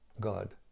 God